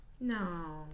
No